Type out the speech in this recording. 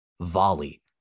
volley